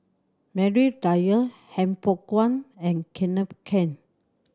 Maria Dyer Han Fook Kwang and Kenneth Keng